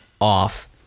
off